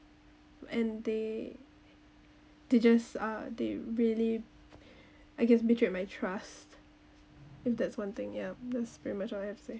and they they just uh they really I guess betrayed my trust if that's one thing yeah that's pretty much all I have to say